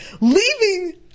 leaving